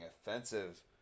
offensive